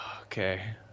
okay